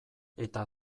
eta